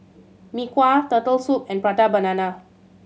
Mee Kuah Turtle Soup and Prata Banana